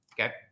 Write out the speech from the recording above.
Okay